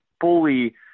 fully